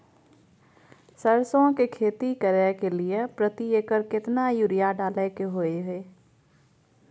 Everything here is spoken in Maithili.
सरसो की खेती करे के लिये प्रति एकर केतना यूरिया डालय के होय हय?